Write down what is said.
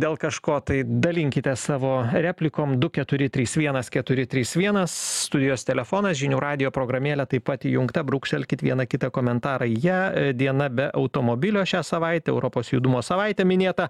dėl kažko tai dalinkitės savo replikom du keturi trys vienas keturi trys vienas studijos telefonas žinių radijo programėlė taip pat įjungta brūkštelkit vieną kitą komentarą į ją diena be automobilio šią savaitę europos judumo savaitė minėta